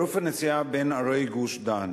תעריף הנסיעה בין ערי גוש-דן: